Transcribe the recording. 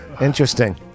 Interesting